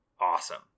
Awesome